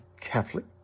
Catholic